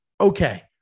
okay